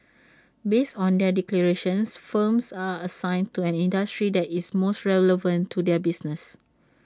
based on their declarations firms are assigned to an industry that is most relevant to their business